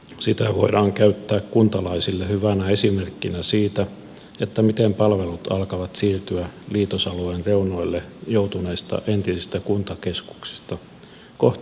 sitä voidaan käyttää kuntalaisille hyvänä esimerkkinä siitä miten palvelut alkavat siirtyä liitosalueen reunoille joutuneista entisistä kuntakeskuksista kohti keskuskaupungin parrasvaloja